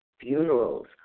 funerals